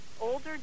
older